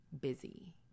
busy